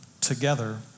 together